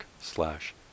slash